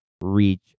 reach